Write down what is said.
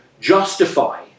justify